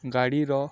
ଗାଡ଼ିର